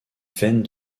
veine